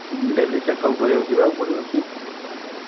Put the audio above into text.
daily checkup କରିବାକୁ ଯିବାକୁ ପଡ଼ିବ କି